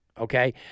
okay